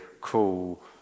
cool